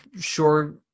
sure